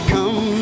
Come